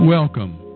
Welcome